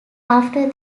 after